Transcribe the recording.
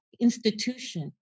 institution